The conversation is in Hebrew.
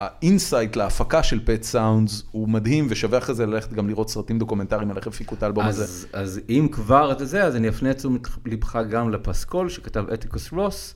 האינסייט להפקה של Petsounds הוא מדהים ושווה אחרי זה ללכת גם לראות סרטים דוקומנטריים על איך הפיקו את האלבום הזה. אז אם כבר את זה, אז אני אפנה לבך גם לפסקול שכתב אתיקוס לוס.